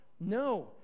No